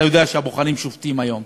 אתה יודע שהבוחנים שובתים היום,